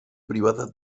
privada